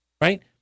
Right